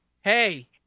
hey